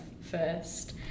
first